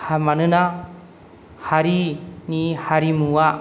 हा मानोना हारिनि हारिमुवा